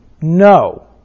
No